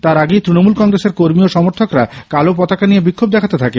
তার আগেই তৃণমূল কংগ্রেসের কর্মী ও সমর্থকরা কালো পতাকা নিয়ে বিক্ষোভ দেখাতে থাকে